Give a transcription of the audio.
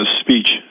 speech